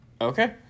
Okay